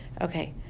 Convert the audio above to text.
Okay